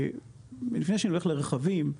לפני שאני הולך לרכבים,